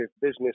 business